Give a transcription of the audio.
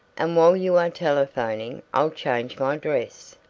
and while you are telephoning i'll change my dress.